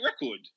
record